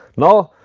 now,